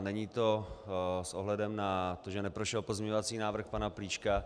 A není to s ohledem na to, že neprošel pozměňovací návrh pana Plíška.